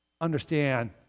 Understand